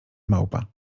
małpa